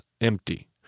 empty